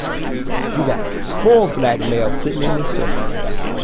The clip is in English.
you got four black males sitting in this circle right here.